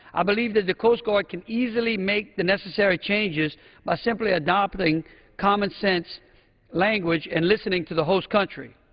i believe that the coast guard can easily make the necessary changes by simply adopting commonsense language and listening to the host country.